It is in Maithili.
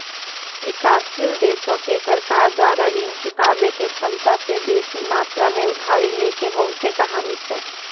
विकासशील देशो के सरकार द्वारा ऋण चुकाबै के क्षमता से बेसी मात्रा मे उधारी लै के बहुते कहानी छै